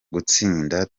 gutsinda